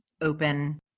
open